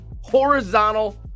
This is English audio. horizontal